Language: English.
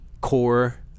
core